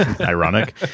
Ironic